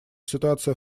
ситуация